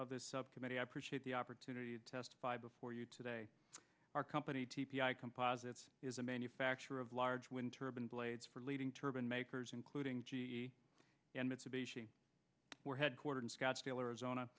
of this subcommittee i appreciate the opportunity to testify before you today our company t p i composites is a manufacturer of large wind turbine blades for leading turban makers including g e and mitsubishi were headquartered in scottsdale arizona